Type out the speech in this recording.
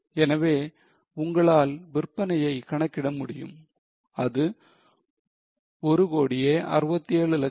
எனவே உங்களால் விற்பனையை கணக்கிட முடியும் அது 16720000